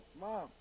mom